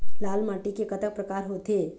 लाल माटी के कतक परकार होथे?